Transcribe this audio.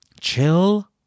chill